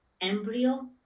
embryo